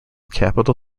capital